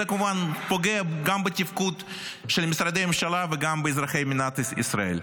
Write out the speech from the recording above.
זה כמובן פוגע גם בתפקוד של משרדי הממשלה וגם באזרחי מדינת ישראל.